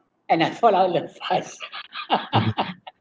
and I fall out love fast